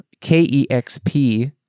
K-E-X-P